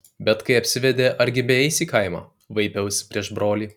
bet kai apsivedė argi beeis į kaimą vaipiaus prieš brolį